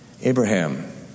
Abraham